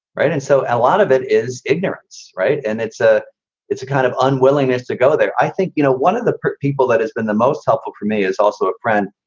right. and so a lot of it is ignorance. right. and it's a it's a kind of unwillingness to go there. i think, you know, one of the people that has been the most helpful for me is also a friend.